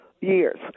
years